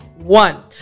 One